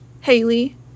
Haley